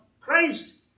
Christ